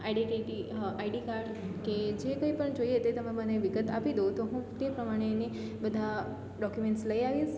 identity ID card કે જે કંઈ પણ જોઈએ તે તમે મને વિગત આપી દો તો હું તે પ્રમાણે એને બધા ડોક્યુમેન્ટ્સ લઈ આવીશ